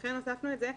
לכן הוספנו את זה.